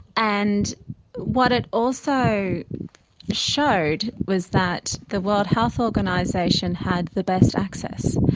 and what it also showed was that the world health organisation had the best access.